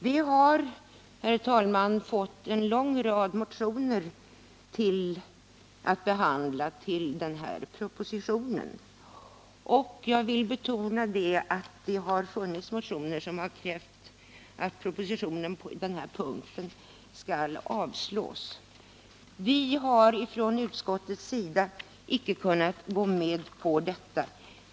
Vi har, herr talman, fått en lång rad motioner att behandla i anslutning till den här propositionen. Jag vill betona att det har väckts motioner som har krävt att propositionen på punkten rättshjälp åt näringsidkare skall avslås. Vi har från utskottets sida icke kunnat gå med på detta.